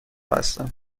هستم